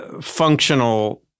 functional